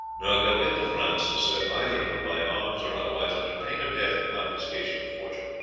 nor go into france to serve either of them by arms or otherwise under pain of death and confiscation of fortune.